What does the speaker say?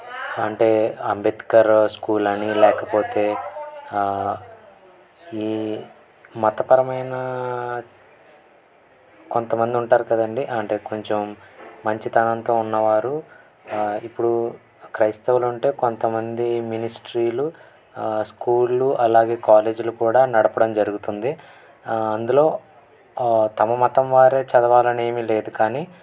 అంటే అంబేద్కర్ స్కూల్ అని లేకపోతే ఈ మతపరమైన కొంతమంది ఉంటారు కదండి అంటే కొంచెం మంచి తనంతో ఉన్నవారు ఇప్పుడు క్రైస్తవులు అంటే కొంతమంది మిషనరీలు స్కూళ్ళు అలాగే కాలేజీలు కూడా నడపడం జరుగుతుంది అందులో తమ మతం వారే చదవాలి అని ఏమి లేదు కానీ